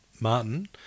Martin